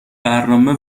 برنامه